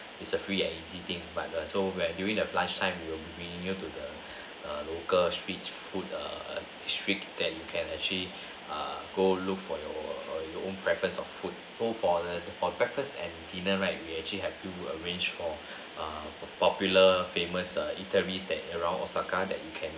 is a free and easy thing but but so while during their lunch time we will bring you to the local street food err street that you can actually err go look for your your own preference of food so for the for breakfast and dinner right we actually have to arrange for err popular famous err eateries that around osaka that you can